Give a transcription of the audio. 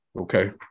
Okay